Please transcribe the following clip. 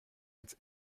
als